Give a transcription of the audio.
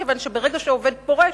כיוון שברגע שעובד פורש,